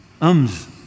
ums